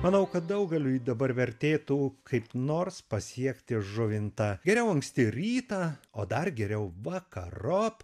manau kad daugeliui dabar vertėtų kaip nors pasiekti žuvintą geriau anksti rytą o dar geriau vakarop